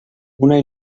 una